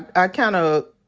i, kind of,